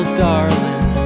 darling